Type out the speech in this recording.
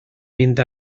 mynd